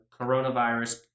coronavirus